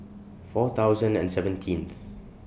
four thousand and seventeenth